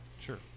sure